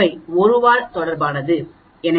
025 ஒரு வால் தொடர்பானது